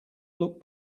look